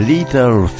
Little